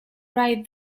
right